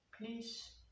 Please